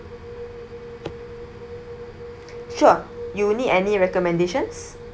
sure you need any recommendations